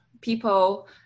people